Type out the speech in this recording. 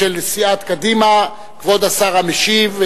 כבוד השר המשיב,